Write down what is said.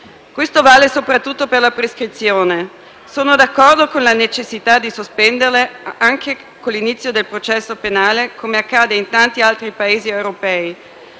Questo vale soprattutto per la prescrizione. Sono d'accordo con la necessità di sospenderla, anche con l'inizio del processo penale, come accade in tanti altri Paesi europei.